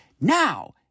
now